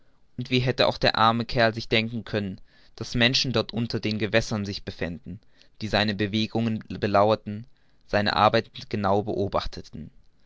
und wie hätte auch der arme kerl sich denken können daß menschen dort unter den gewässern sich befänden die seine bewegungen belauerten seine arbeit genau beobachteten